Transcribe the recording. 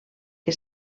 que